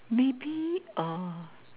maybe ah